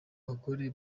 bagore